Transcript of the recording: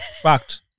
Fact